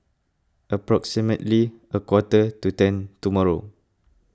approximately a quarter to ten tomorrow